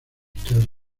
tres